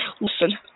Listen